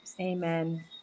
Amen